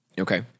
Okay